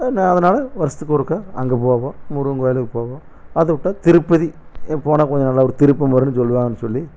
அதனா அதனால வருஷத்துக்கு ஒருக்கா அங்கே போவோம் முருகன் கோயிலுக்கு போவோம் அதை விட்டா திருப்பதி போனால் கொஞ்சம் நல்லா ஒரு திருப்பம் வருன்னு சொல்லுவாங்கன்னு சொல்லி